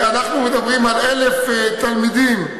אנחנו מדברים על 1,000 תלמידים,